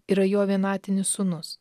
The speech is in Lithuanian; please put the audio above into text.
yra jo vienatinis sūnus